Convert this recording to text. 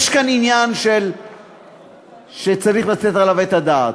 יש כאן עניין שצריך לתת עליו את הדעת,